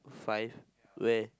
five where